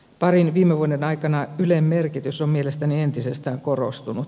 parin viime vuoden aikana ylen merkitys on mielestäni entisestään korostunut